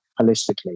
holistically